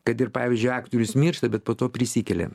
kad ir pavyzdžiui aktorius miršta bet po to prisikelia